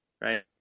Right